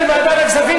אדוני ראש הממשלה,